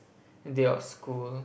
day of school